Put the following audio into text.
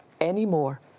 anymore